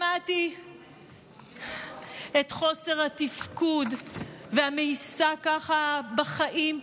שמעתי את חוסר התפקוד והמאיסה בחיים.